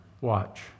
Watch